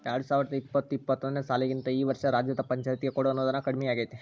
ಎರ್ಡ್ಸಾವರ್ದಾ ಇಪ್ಪತ್ತು ಇಪ್ಪತ್ತೊಂದನೇ ಸಾಲಿಗಿಂತಾ ಈ ವರ್ಷ ರಾಜ್ಯದ್ ಪಂಛಾಯ್ತಿಗೆ ಕೊಡೊ ಅನುದಾನಾ ಕಡ್ಮಿಯಾಗೆತಿ